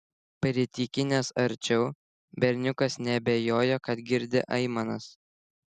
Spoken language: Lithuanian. pritykinęs arčiau berniukas neabejojo kad girdi aimanas